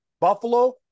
Buffalo